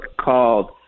called